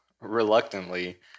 reluctantly